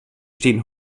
stehen